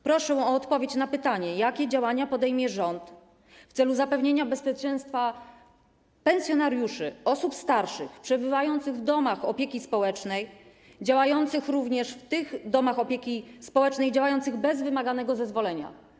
Proszę o odpowiedź na pytanie: Jakie działania podejmie rząd w celu zapewnienia bezpieczeństwa pensjonariuszy, osób starszych przebywających w domach opieki społecznej, również w domach opieki społecznej działających bez wymaganego zezwolenia?